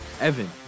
Evan